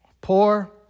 poor